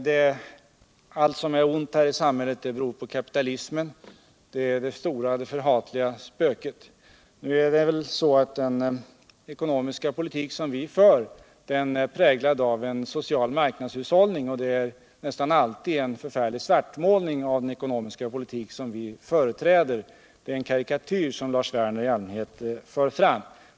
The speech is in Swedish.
Han anser att allt som är ont här i samhället beror på kapitalismen, som är det stora och förhatliga spöket. Den ekonomiska politik som vi för är präglad av en social marknadshushållning, men det är nästan alltid en förfärlig svartmålning av den ekonomiska politik som vi företräder i den karikatyr som Lars Werner i allmänhet visar fram.